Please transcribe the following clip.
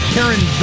Karen